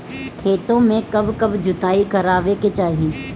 खेतो में कब कब जुताई करावे के चाहि?